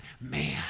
man